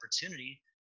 opportunity